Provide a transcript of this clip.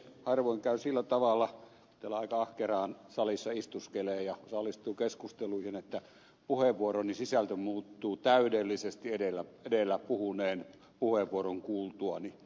harvoin käy sillä tavalla kun täällä aika ahkeraan salissa istuskelee ja osallistuu keskusteluihin että puheenvuoroni sisältö muuttuu täydellisesti edellä puhuneen puheenvuoron kuultuani